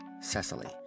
Cecily